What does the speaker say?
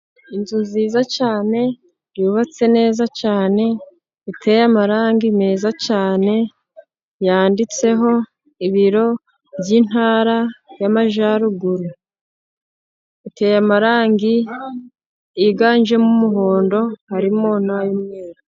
Inzu nziza cyane, yubatse neza cyane, iteye amarangi meza cyane ,yanditseho ibiro by'intara y'Amajyaruguru . Iteye amarangi yiganjemo umuhondo ,harimo n,ay'umweru.